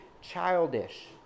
childish